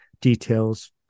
details